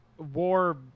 war